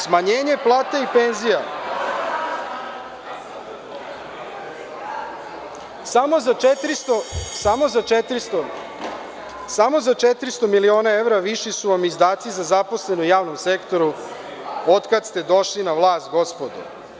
Smanjenje plata i penzija, samo za 400 miliona evra viši su vam izdaci za zaposlene u javnom sektoru otkad ste došli na vlast gospodo.